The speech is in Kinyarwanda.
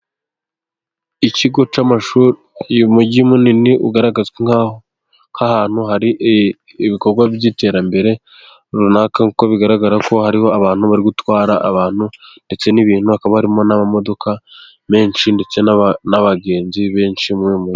Ikigo cy'amashuri ,uyu mujyi munini ugaragazwa nk'ahantu hari ibikorwa by'iterambere runaka kuko bigaragara ko hariho abantu bari gutwara abantu ndetse n'ibintu, hakaba ari harimo n'amamodoka menshi ndetse n'abagenzi benshi mu mujyi.